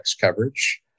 coverage